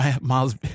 Miles